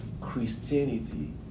Christianity